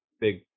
big